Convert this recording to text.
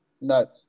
No